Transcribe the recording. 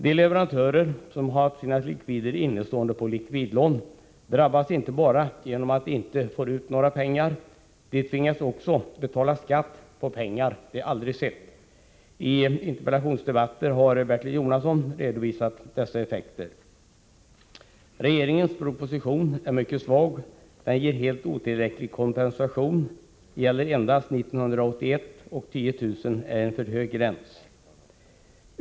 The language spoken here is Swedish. De leverantörer som har haft sina likvider innestående på likvidlån drabbas inte bara genom att de inte får ut några pengar. De tvingas också att betala skatt på pengar de aldrig sett. I interpellationsdebatter har Bertil Jonasson redovisat dessa effekter. Regeringens proposition är mycket svag och ger helt otillräcklig kompensation. Den gäller endast 1981, och 10 000 kr. är en för hög gräns.